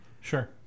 Sure